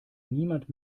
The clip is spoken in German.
niemand